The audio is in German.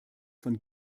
von